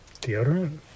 deodorant